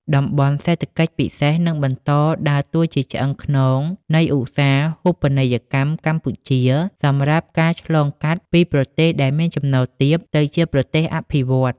តំបន់សេដ្ឋកិច្ចពិសេស នឹងបន្តដើរតួជាឆ្អឹងខ្នងនៃឧស្សាហូបនីយកម្មកម្ពុជា សម្រាប់ការឆ្លងកាត់ពីប្រទេសដែលមានចំណូលទាប ទៅជាប្រទេសអភិវឌ្ឍន៍។